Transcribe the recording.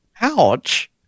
Ouch